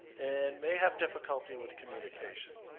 and may have difficulty with communication.